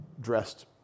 dressed